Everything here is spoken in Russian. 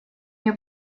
мне